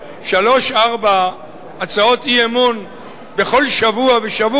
שלוש-ארבע הצעות אי-אמון בכל שבוע ושבוע